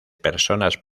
personas